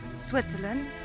Switzerland